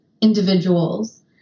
individuals